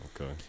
Okay